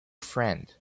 friend